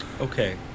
Okay